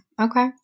Okay